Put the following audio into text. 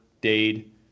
Dade